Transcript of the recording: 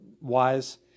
wise